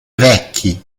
vecchi